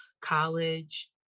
college